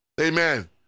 Amen